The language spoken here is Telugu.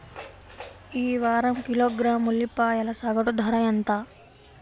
ఈ వారం కిలోగ్రాము ఉల్లిపాయల సగటు ధర ఎంత?